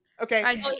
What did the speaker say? Okay